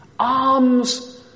Arms